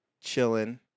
Chilling